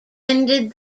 ended